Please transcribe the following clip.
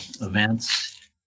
events